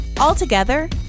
Altogether